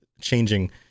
changing